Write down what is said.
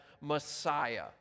Messiah